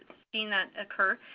seen that occur.